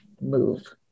move